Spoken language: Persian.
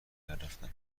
میرفتم